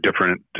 different